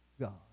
God